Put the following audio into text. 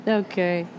okay